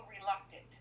reluctant